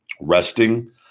resting